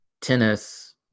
Tennis